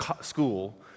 school